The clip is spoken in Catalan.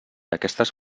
aquestes